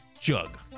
jug